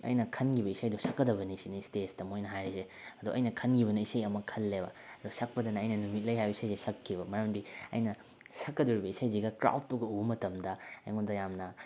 ꯑꯩꯅ ꯈꯟꯈꯤꯕ ꯏꯁꯩꯗꯣ ꯁꯛꯀꯗꯕꯅꯤꯁꯤꯅꯤ ꯏꯁꯇꯦꯖꯇ ꯃꯣꯏꯅ ꯍꯥꯏꯔꯤꯁꯦ ꯑꯗꯣ ꯑꯩꯅ ꯈꯟꯈꯤꯕꯅ ꯏꯁꯩ ꯑꯃ ꯈꯜꯂꯦꯕ ꯑꯗꯣ ꯁꯛꯄꯗꯅ ꯑꯩꯅ ꯅꯨꯃꯤꯠ ꯂꯩ ꯍꯥꯏꯔꯤꯕ ꯏꯁꯩꯁꯦ ꯁꯛꯈꯤꯕ ꯃꯔꯝꯗꯤ ꯑꯩꯅ ꯁꯛꯀꯗꯧꯔꯤꯕ ꯏꯁꯩꯁꯤꯒ ꯀ꯭ꯔꯥꯎꯠꯇꯨꯒ ꯎꯕ ꯃꯇꯝꯗ ꯑꯩꯉꯣꯟꯗ ꯌꯥꯝꯅ